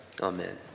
Amen